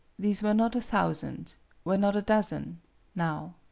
these were not a thousand were not a dozen now.